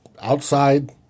outside